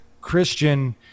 christian